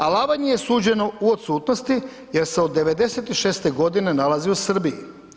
Alavanji je suđeno u odsutnosti jer se od '96. g. nalazi u Srbiji.